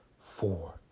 four